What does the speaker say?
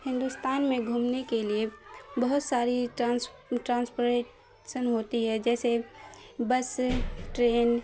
ہندوستان میں گھومنے کے لیے بہت ساری ٹرانس ٹرانسپریسن ہوتی ہے جیسے بس ٹرین